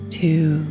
two